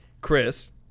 Chris